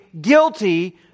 guilty